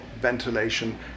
ventilation